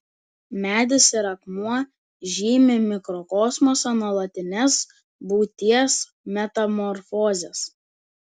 medis ir akmuo žymi mikrokosmosą nuolatines būties metamorfozes